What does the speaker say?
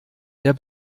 der